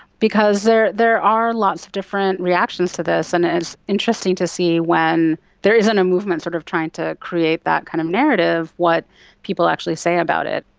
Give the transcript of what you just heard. because there there are lots of different reactions to this, and it's interesting to see when there isn't a movement sort of trying to create that kind of narrative, what people actually say about it,